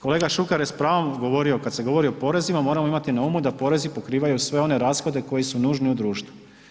Kolega Šuker je s pravom govorio kada se govori o porezima moramo imati na umu da porezi pokrivaju sve one rashode koji su nužni u društvu.